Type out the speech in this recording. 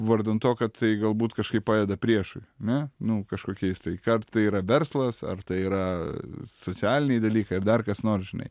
vardan to kad tai galbūt kažkaip padeda priešui ane nu kažkokiais tai ar tai yra verslas ar tai yra socialiniai dalykai ar dar kas nors žinai